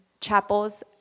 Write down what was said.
chapels